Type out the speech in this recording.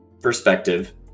perspective